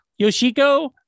Yoshiko